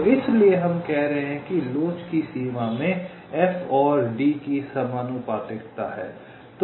तो इसीलिए हम कह रहे हैं कि लोच की सीमा में F और d की समानुपातिकता है